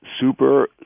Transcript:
super